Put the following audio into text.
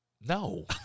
No